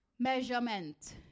measurement